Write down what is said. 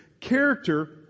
Character